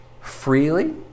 freely